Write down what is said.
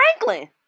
Franklin